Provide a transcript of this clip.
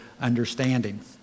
understanding